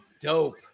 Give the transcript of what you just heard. dope